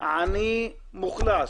עני מוחלש.